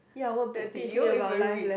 ya what book did you even read